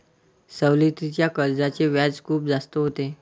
सवलतीच्या कर्जाचे व्याज खूप जास्त होते